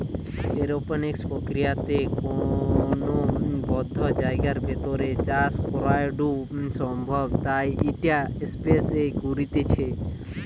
aeroponics প্রক্রিয়াতে কোনো বদ্ধ জায়গার ভেতর চাষ করাঢু সম্ভব তাই ইটা স্পেস এ করতিছে